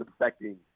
affecting